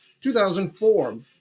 2004